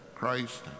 Christ